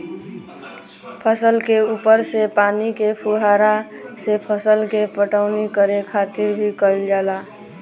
फसल के ऊपर से पानी के फुहारा से फसल के पटवनी करे खातिर भी कईल जाला